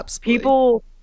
People